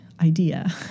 idea